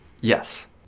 Yes